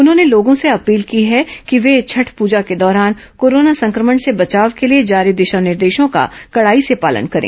उन्होंने लोगों से अपील की है कि वे छठ पूजा के दौरान कोरोना संक्रमण से बचाव के लिए जारी दिशा निर्देशों का कडाई से पालन करें